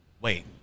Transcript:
wait